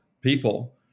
people